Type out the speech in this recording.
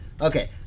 Okay